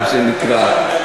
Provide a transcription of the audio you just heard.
מה שנקרא.